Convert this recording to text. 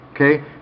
Okay